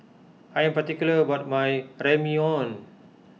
I am particular about my Ramyeon